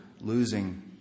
losing